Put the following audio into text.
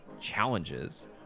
challenges